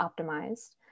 optimized